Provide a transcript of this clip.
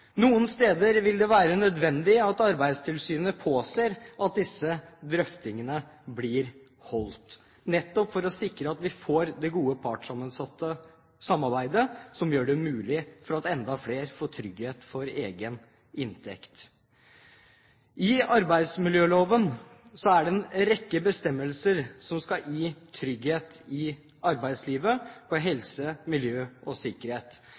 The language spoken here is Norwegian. Noen steder vil det være nødvendig at Arbeidstilsynet påser at disse drøftingene blir holdt, nettopp for å sikre at vi får det gode partssammensatte samarbeidet som gjør det mulig at enda flere får trygghet for egen inntekt. I arbeidsmiljøloven er det en rekke bestemmelser som skal gi trygghet for helse, miljø og sikkerhet i arbeidslivet. Vi vet noe om at de menneskene som av og